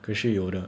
可是有的